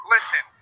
Listen